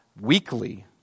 weekly